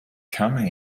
come